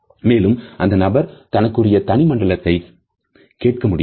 மேலும் அந்த நபர் தனக்குரிய தனி மண்டலத்தை கேட்க முடியாது